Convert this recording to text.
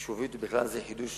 יישובית, ובכלל זה חידוש